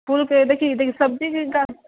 फूलके देखी सब्जीके गाछ